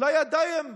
לידיים עברייניות?